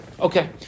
Okay